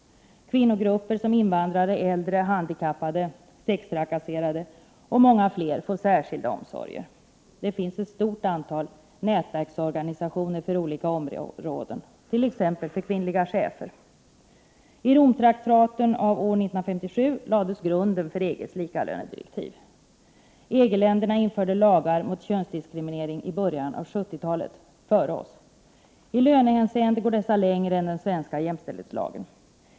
Kvinnogrupper — såsom invandrare, äldre, handikappade, sextrakasserade och många fler — får särskilda omsorger. Det finns ett stort antal nätverksorganisationer för olika områden, t.ex. för kvinnliga chefer. I Romtraktaten av år 1957 lades grunden för EG:s likalönedirektiv. EG-länderna införde lagar mot könsdiskriminering i början av 70-talet, alltså före oss. I lönehänseende går dessa längre än den svenska jämställdhetslagen.